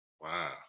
Wow